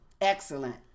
excellent